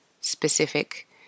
specific